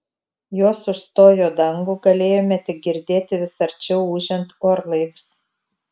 jos užstojo dangų galėjome tik girdėti vis arčiau ūžiant orlaivius